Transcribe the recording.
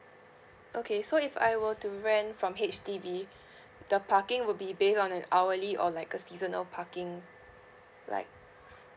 okay so if I were to rent from H_D_B the parking would be based on an hourly or like a seasonal parking it's like ph~